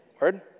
Word